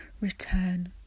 return